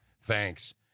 Thanks